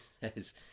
says